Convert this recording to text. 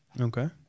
Okay